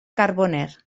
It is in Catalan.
carboner